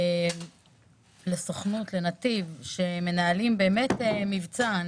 לסוכנות, לנתיב שמנהלים באמת מבצע.